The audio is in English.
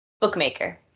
Bookmaker